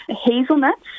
Hazelnuts